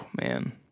man